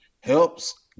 helps